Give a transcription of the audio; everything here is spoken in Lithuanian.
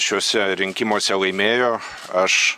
šiuose rinkimuose laimėjo aš